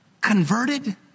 Converted